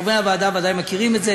חברי הוועדה ודאי מכירים את זה.